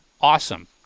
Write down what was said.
Awesome